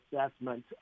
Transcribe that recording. assessment